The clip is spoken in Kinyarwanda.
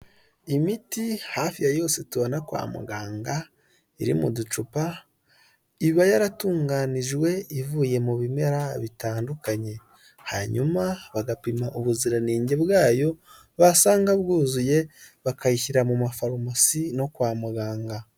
Imiti hafi ya yose tubona kwa muganga iri mu ducupa iba yaratunganijwe ivuye mu bimera bitandukanye, hanyuma bagapima ubuziranenge bwayo basanga bwuzuye bakayishyira mu mafarumasi no kwa muganga.